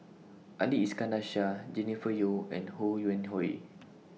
Ali Iskandar Shah Jennifer Yeo and Ho Yuen Hui